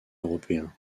européen